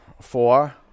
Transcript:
Four